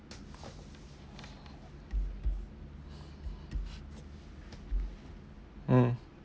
mm